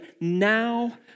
now